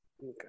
Okay